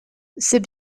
c’est